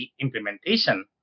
implementation